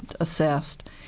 assessed